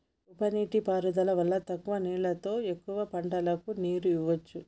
ఉప నీటి పారుదల వల్ల తక్కువ నీళ్లతో ఎక్కువ పంటలకు నీరు ఇవ్వొచ్చు